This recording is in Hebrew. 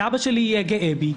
שאבא שלי יהיה גאה בי,